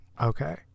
Okay